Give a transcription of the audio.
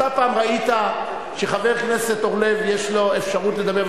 אתה פעם ראית שחבר הכנסת אורלב יש לו אפשרות לדבר,